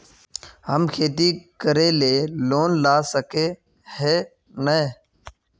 हम खेती करे ले लोन ला सके है नय?